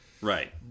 Right